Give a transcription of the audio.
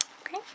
Okay